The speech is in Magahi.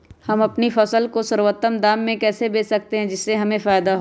हम अपनी फसल को सर्वोत्तम दाम में कैसे बेच सकते हैं जिससे हमें फायदा हो?